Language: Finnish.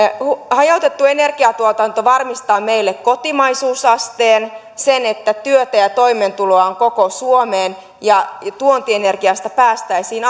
hajautettu energiatuotanto varmistaa meille kotimaisuusasteen sen että työtä ja toimeentuloa on koko suomeen ja tuontienergiasta päästäisiin